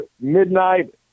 midnight